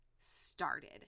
started